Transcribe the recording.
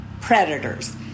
predators